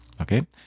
Okay